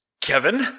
Kevin